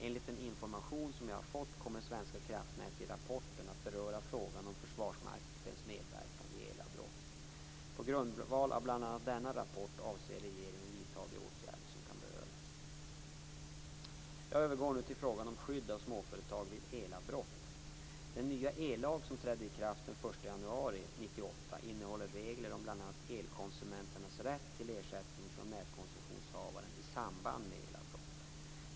Enligt den information som jag har fått kommer Svenska kraftnät i rapporten att beröra frågan om Försvarsmaktens medverkan vid elavbrott. På grundval av bl.a. denna rapport avser regeringen vidta de åtgärder som kan behövas. Jag övergår nu till frågan om skydd av småföretag vid elavbrott. Den nya ellag som trädde i kraft den 1 januari 1998 innehåller regler om bl.a. elkonsumenternas rätt till ersättning från nätkoncessionshavaren i samband med elavbrott.